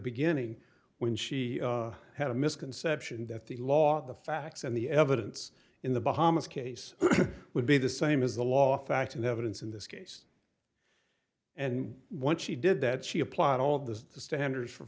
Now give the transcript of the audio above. beginning when she had a misconception that the law the facts and the evidence in the bahamas case would be the same as the law facts and evidence in this case and once she did that she applied all the standards for